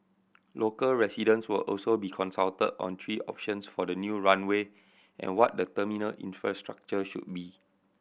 local residents will also be consulted on three options for the new runway and what the terminal infrastructure should be